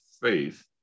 faith